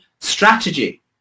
strategy